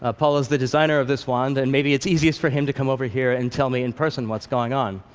ah paul is the designer of this wand, and maybe its easiest for him to come over here and tell me in person what's going on.